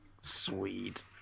Sweet